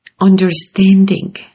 understanding